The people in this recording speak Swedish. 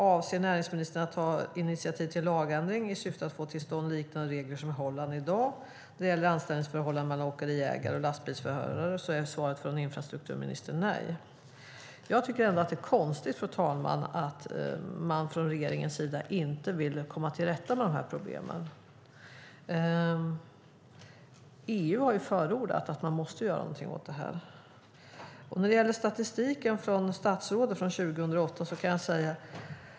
Avser näringsministern att ta initiativ till en lagändring i syfte att få till stånd liknande regler som Holland i dag har när det gäller anställningsförhållandet mellan åkeriägare och lastbilsförare? Då är svaret från infrastrukturministern nej. Jag tycker ändå att det är konstigt, fru talman, att man från regeringens sida inte vill komma till rätta med de här problemen. EU har ju förordat att man måste göra någonting åt det här. Statsrådet talar i svaret om statistik från 2008.